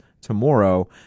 tomorrow